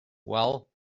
well